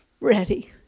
Ready